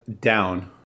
down